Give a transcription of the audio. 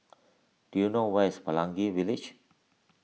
do you know where is Pelangi Village